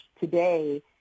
today